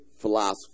philosopher